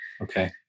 Okay